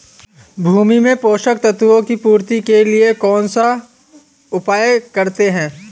भूमि में पोषक तत्वों की पूर्ति के लिए कौनसा उपाय करते हैं?